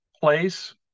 place